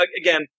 Again